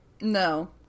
No